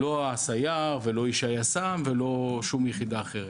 לא הסייר ולא איש היס"מ ולא שום יחידה אחרת.